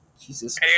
Jesus